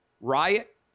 riot